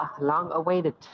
long-awaited